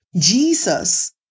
Jesus